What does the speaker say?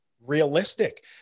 realistic